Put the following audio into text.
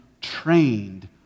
trained